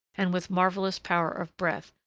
and with marvellous power of breath,